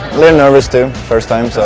little nervous too, first time, so.